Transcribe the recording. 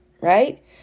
Right